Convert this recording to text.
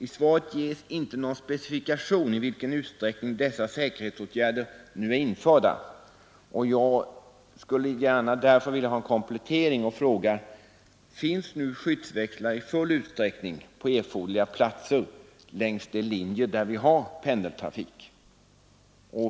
I svaret specificeras inte i vilken utsträckning dessa säkerhetsåtgärder nu är införda. Jag skulle gärna vilja ha en komplettering och frågar därför: Finns nu skyddsväxlar i full utsträckning på erforderliga platser längs de linjer där vi har pendeltrafik?